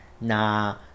nah